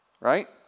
Right